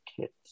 kits